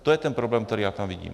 To je ten problém, který já tam vidím.